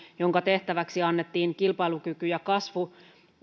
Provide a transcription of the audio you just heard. jonka tehtäväksi annettiin kilpailukyky ja kasvu